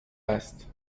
است